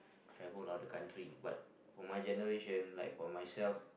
travel around the country but for my generation like for myself